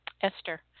Esther